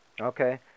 Okay